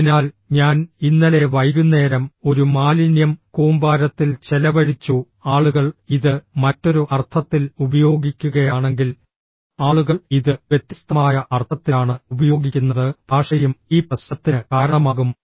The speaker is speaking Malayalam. അതിനാൽ ഞാൻ ഇന്നലെ വൈകുന്നേരം ഒരു മാലിന്യം കൂമ്പാരത്തിൽ ചെലവഴിച്ചു ആളുകൾ ഇത് മറ്റൊരു അർത്ഥത്തിൽ ഉപയോഗിക്കുകയാണെങ്കിൽ ആളുകൾ ഇത് വ്യത്യസ്തമായ അർത്ഥത്തിലാണ് ഉപയോഗിക്കുന്നത് ഭാഷയും ഈ പ്രശ്നത്തിന് കാരണമാകും